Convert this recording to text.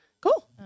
cool